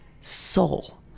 soul